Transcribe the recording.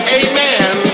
amen